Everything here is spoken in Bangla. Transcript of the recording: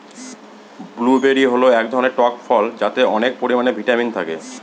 ব্লুবেরি হল এক ধরনের টক ফল যাতে অনেক পরিমানে ভিটামিন থাকে